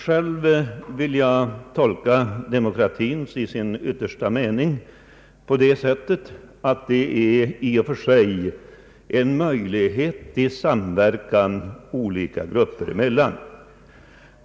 Själv vill jag tolka demokratin i dess yttersta mening på det sättet att den i och för sig är en möjlighet till samverkan olika grupper emellan.